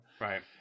Right